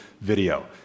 video